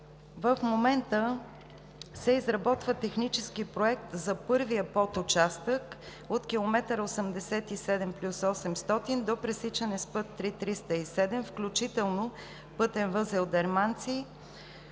В момента се изработва технически проект за първия подучастък от км 87+800 до пресичане с път ІІІ 307, включително пътен възел „Дерманци“